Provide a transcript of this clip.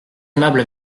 aimable